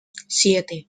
siete